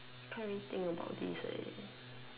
can't really this about this eh